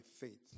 faith